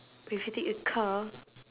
but if you take a car